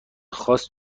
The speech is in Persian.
خاص